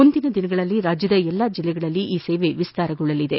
ಮುಂದಿನ ದಿನಗಳಲ್ಲಿ ರಾಜ್ಯದ ಎಲ್ಲಾ ಜಲ್ಲೆಗಳಲ್ಲಿ ಈ ಸೇವೆ ವಿಸ್ತಾರಗೊಳ್ಳಲಿದೆ